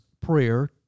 Prayer